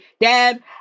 Dad